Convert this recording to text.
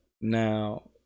Now